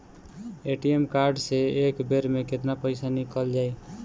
ATM card से एक बेर मे केतना पईसा निकल जाई?